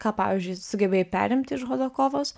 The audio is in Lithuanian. ką pavyzdžiui sugebėjai perimti iš hodakovos